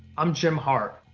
i'm jim heart,